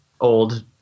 old